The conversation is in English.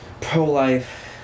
pro-life